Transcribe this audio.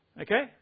Okay